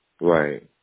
Right